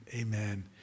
amen